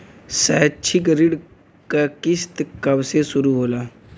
शैक्षिक ऋण क किस्त कब से शुरू होला?